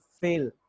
fail